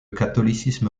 catholicisme